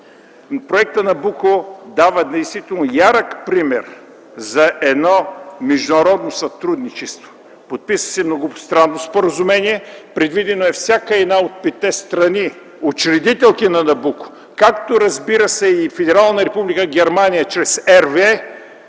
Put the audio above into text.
проектът „Набуко” дава ярък пример за международно сътрудничество. Подписа се многостранно споразумение, предвидено е всяка от петте страни – учредителки на „Набуко”, както, разбира се, и Федерална република Германия чрез RWE